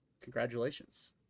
Congratulations